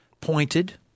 pointed